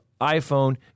iPhone